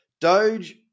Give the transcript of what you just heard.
Doge